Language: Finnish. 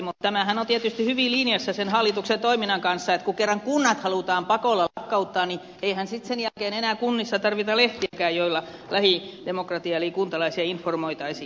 mutta tämähän on tietysti hyvin linjassa sen hallituksen toiminnan kanssa että kun kerran kunnat halutaan pakolla lakkauttaa niin eihän sitten sen jälkeen enää kunnissa tarvita lehtiäkään joilla lähidemokratiaa eli kuntalaisia informoitaisiin